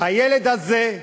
הילד הזה,